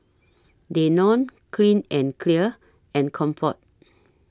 Danone Clean and Clear and Comfort